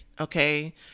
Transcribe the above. okay